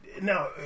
Now